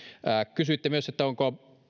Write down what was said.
kysyitte myös onko